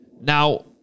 now